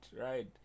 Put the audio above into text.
right